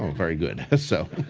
very good. so